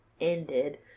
ended